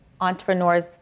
entrepreneurs